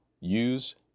use